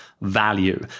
value